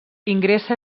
ingressa